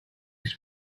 his